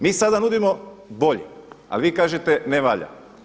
Mi sada nudimo bolje, ali vi kažete ne valja.